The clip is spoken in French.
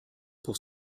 pour